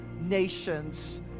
nations